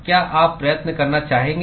क्या आप प्रयत्न करना चाहोगे